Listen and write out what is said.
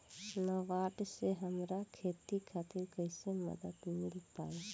नाबार्ड से हमरा खेती खातिर कैसे मदद मिल पायी?